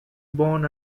born